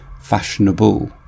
fashionable